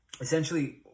essentially